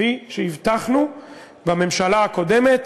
כפי שהבטחנו בממשלה הקודמת.